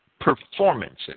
performances